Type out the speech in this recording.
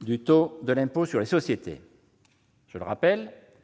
du taux de l'impôt sur les sociétés pour les